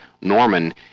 Norman